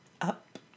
Up